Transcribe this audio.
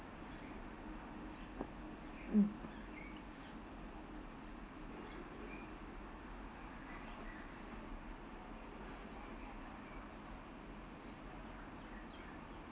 mm